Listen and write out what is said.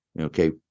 okay